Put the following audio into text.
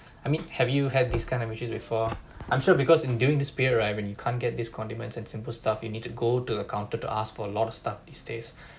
I mean have you had this kind of wishes before I'm sure because in during this period right when you can't get this condiments and simple stuff you need to go to the counter to ask for a lot of stuff these days